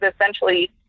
essentially